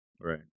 Right